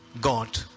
God